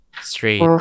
straight